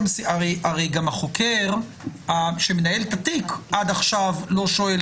הרי גם החוקר שמנהל את התיק עד עכשיו לא שואל